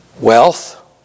wealth